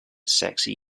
sexy